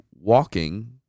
walking